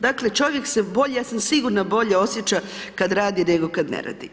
Dakle, čovjek se bolje, ja sam sigurna bolje osjeća kada radi, nego kada ne radi.